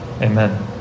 amen